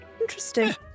interesting